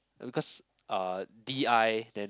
because uh D_I then